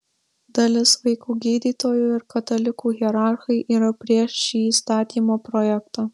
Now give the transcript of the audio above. dalis vaikų gydytojų ir katalikų hierarchai yra prieš šį įstatymo projektą